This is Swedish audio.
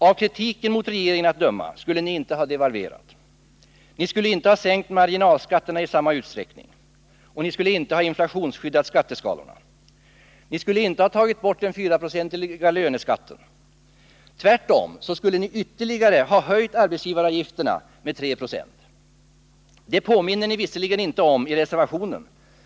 Av kritiken mot regeringen att döma skulle ni inte ha devalverat, ni skulle inte ha sänkt marginalskatterna i samma utsträckning, ni skulle inte ha inflationsskyddat skatteskalorna, ni skulle inte ha tagit bort den 4-procentiga löneskatten. Tvärtom skulle ni ytterligare ha höjt arbetsgivaravgifterna med 3 20. Det påminner ni visserligen inte om i reservationen.